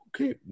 Okay